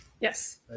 Yes